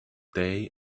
day